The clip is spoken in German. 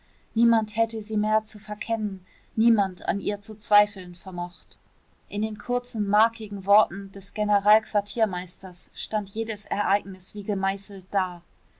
niemand hätte sie mehr zu verkennen niemand an ihr zu zweifeln vermocht in den kurzen markigen worten des generalquartiermeisters stand jedes ereignis wie gemeißelt da